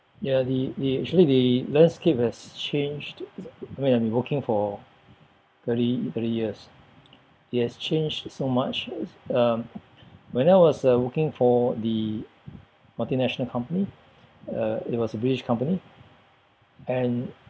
ya the the actually the landscape has changed where I've been working for thirty thirty years it has changed so much um when I was uh working for the multinational company uh it was a british company and